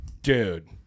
Dude